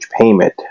payment